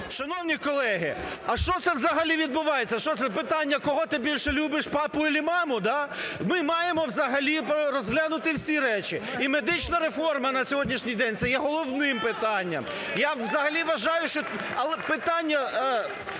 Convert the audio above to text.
Шановні колеги, а що це взагалі відбувається? Що це питання, кого ти більше любиш папу или маму, да? Ми маємо взагалі розглянути всі речі. І медична реформа на сьогоднішній день – це є головним питанням. Я взагалі вважаю… (Шум